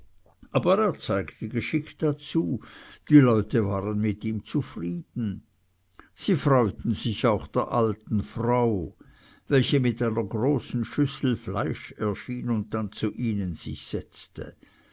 aber er zeigte geschick dazu die leute waren mit ihm zufrieden sie freuten sich auch der alten frau welche mit einer großen schüssel fleisch erschien und dann zu ihnen sich setzte